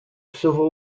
civil